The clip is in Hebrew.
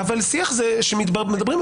שיח זה כשמדברים,